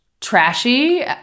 trashy